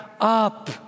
up